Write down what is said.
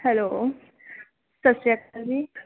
hello ਸਤਿ ਸ਼੍ਰੀ ਅਕਾਲ ਜੀ